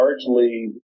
largely